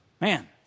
Man